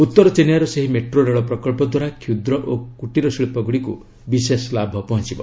ଉତ୍ତର ଚେନ୍ନାଇର ସେହି ମେଟ୍ରୋ ରେଳ ପ୍ରକଳ୍ପ ଦ୍ୱାରା କ୍ଷୁଦ୍ର ଓ କୂଟୀରଶିଳ୍ପ ଗୁଡ଼ିକୁ ବିଶେଷ ଲାଭ ପହଞ୍ଚିବ